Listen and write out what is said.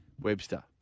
Webster